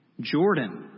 Jordan